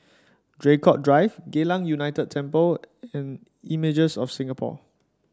Draycott Drive Geylang United Temple and Images of Singapore